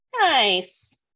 Nice